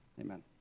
Amen